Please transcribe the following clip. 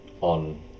on